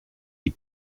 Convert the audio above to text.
die